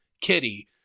kitty